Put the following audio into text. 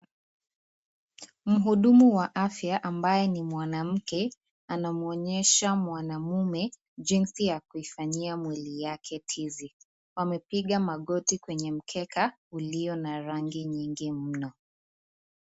Muhudumu wa afya ambaye ni mwanamke anamuonyesha mwanaume jinsi ya kufanyia mwili yake tizi, wamepiga magoti kwenye mkeka iliyo na rangi nyingi mno.